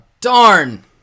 Darn